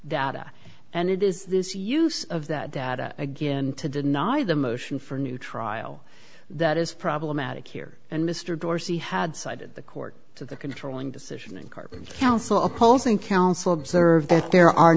atta and it is this use of that data again to deny the motion for new trial that is problematic here and mr dorsey had cited the court to the controlling decision and carbon council opposing counsel observe that there are